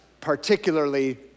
particularly